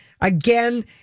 Again